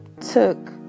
took